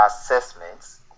assessments